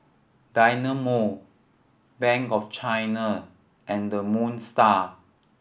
Dynamo Bank of China and the Moon Star